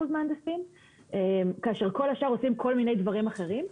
מהנדסים כאשר כל השאר עושים כל מיני דברים אחרים.